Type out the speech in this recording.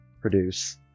produce